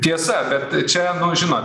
tiesa bet čia nu žinot